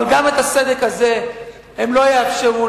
אבל גם את הסדק הזה הם לא יאפשרו,